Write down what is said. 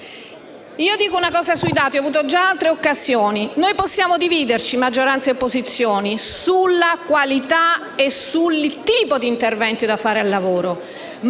osservazione sui dati, come ho fatto già in altre occasioni. Noi possiamo dividerci, maggioranza e opposizione, sulla qualità e sui tipi di interventi da fare sul lavoro,